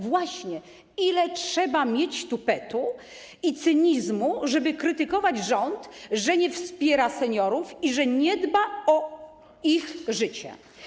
Właśnie, ile trzeba mieć tupetu i cynizmu, żeby krytykować rząd, że nie wspiera seniorów i że nie dba o ich życie?